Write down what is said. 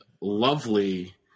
lovely